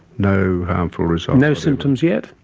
no harmful results. no symptoms yet?